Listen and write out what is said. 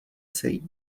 sejít